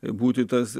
būti tas